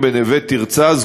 ה-ICPA,